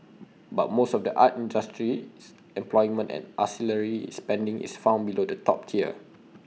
but most of the art industry's employment and ancillary spending is found below the top tier